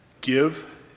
Give